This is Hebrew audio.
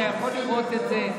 אתה יכול לראות את זה,